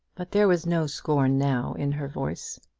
but there was no scorn now in her voice.